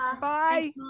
Bye